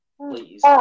Please